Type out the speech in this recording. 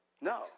No